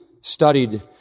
studied